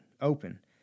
open